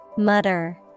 Mutter